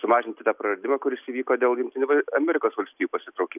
sumažinti tą praradimą kuris įvyko dėl jungtinių amerikos valstijų pasitraukimo